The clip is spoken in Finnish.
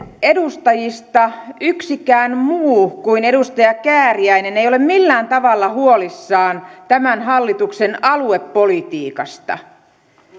edustajista yksikään muu kuin edustaja kääriäinen ei ole millään tavalla huolissaan tämän hallituksen aluepolitiikasta